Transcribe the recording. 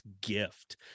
gift